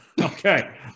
Okay